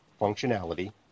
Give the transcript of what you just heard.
functionality